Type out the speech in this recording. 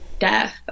Death